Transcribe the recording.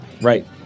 right